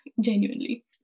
genuinely